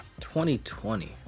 2020